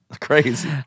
crazy